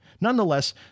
Nonetheless